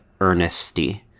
earnesty